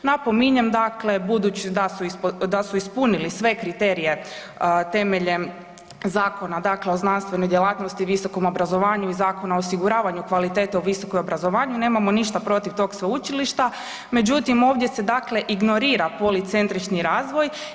Napominjem dakle budući da su ispunili sve kriterije temeljem Zakona dakle o znanstvenoj djelatnosti i visokom obrazovanju i Zakona o osiguranju kvalitete u visokom obrazovanju nemamo ništa protiv tog sveučilišta, međutim ovdje se dakle ignorira policentrični razvoj.